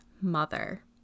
mother